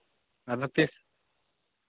ᱟᱫᱚ ᱛᱤᱥ